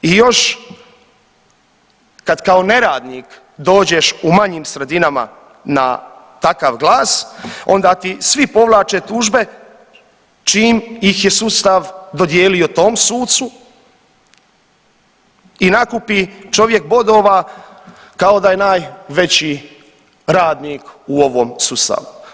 I još kao kad neradnik dođeš u manjim sredinama na takav glas onda ti svi povlače tužbe čim ih je sustav dodijelio tom sucu i nakupi čovjek bodova kao da je najveći radnik u ovom sustavu.